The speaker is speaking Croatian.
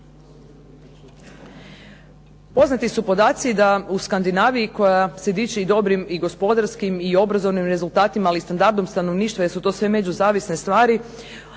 Poznati su podaci da u Skandinaviji koja se diči dobrim i gospodarskim i obrazovnim rezultatima, ali i standardom stanovništva, jer su to sve međuzavisne stvari,